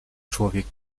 człowiek